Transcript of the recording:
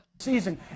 Season